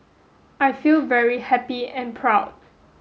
I feel very happy and proud